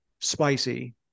spicy